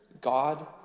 God